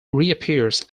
reappears